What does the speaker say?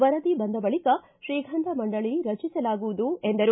ವರದಿ ಬಂದ ಬಳಿಕ ತ್ರೀಗಂಧ ಮಂಡಳ ರಚಿಸಲಾಗುವುದು ಎಂದರು